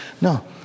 No